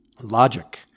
logic